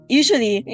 usually